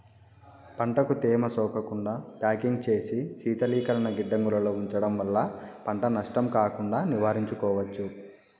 పంటకు తేమ సోకకుండా ప్యాకింగ్ చేసి శీతలీకరణ గిడ్డంగులలో ఉంచడం వల్ల పంట నష్టం కాకుండా నివారించుకోవచ్చు